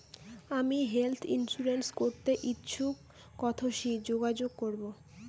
আমি health insurance করতে ইচ্ছুক কথসি যোগাযোগ করবো?